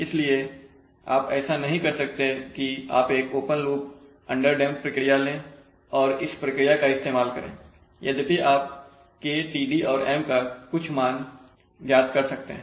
इसलिए आप ऐसा नहीं कर सकते की आप एक ओपन लूप अंडरडैंप्ड प्रक्रिया लें और फिर इस प्रक्रिया का इस्तेमाल करेंयद्यपि आप K Td और M का कुछ मान ज्ञात कर सकते हैं